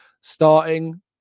starting